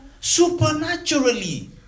supernaturally